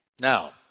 Now